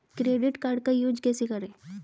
Credit card का use कैसे करें?